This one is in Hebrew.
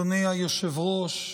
אדוני היושב-ראש,